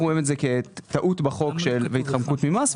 אנחנו רואים את זה כטעות בחוק והתחמקות ממס,